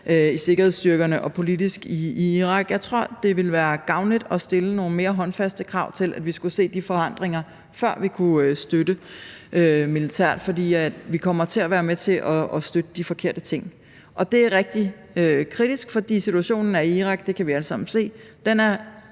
i sikkerhedsstyrkerne og politisk i Irak. Jeg tror, at det vil være gavnligt at stille nogle mere håndfaste krav til, at vi skal se de forandringer, før vi kan støtte militært, for vi kommer til at være med til at støtte de forkerte ting. Og det er rigtig kritisk, for situationen i Irak – det kan vi alle sammen se – er